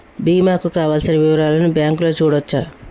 బీమా కు కావలసిన వివరాలను బ్యాంకులో చూడొచ్చా?